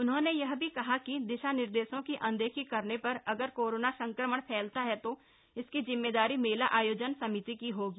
उन्होंने यह भी कहा कि दिशा निर्देशों की अनदेखी करने पर अगर कोरोना संक्रमण फैलता है तो इसकी जिम्मेदारी मेला आयोजन समिति की होगी